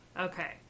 Okay